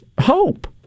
hope